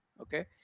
Okay